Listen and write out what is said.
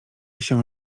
się